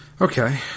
Okay